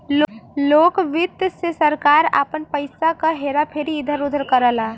लोक वित्त से सरकार आपन पइसा क हेरा फेरी इधर उधर करला